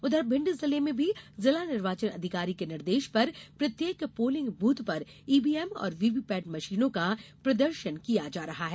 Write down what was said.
उघर भिंड जिले में भी जिला निर्वाचन अधिकारी के निर्देश पर प्रत्येक पोलिंग बूथ पर इवीएम और वीवीपैट मशीनों का प्रदर्शन किया जा रहा है